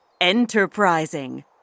enterprising